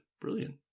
Brilliant